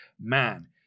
man